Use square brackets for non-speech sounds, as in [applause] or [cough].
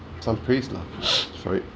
some praise lah [noise] sorry